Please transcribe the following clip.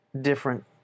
different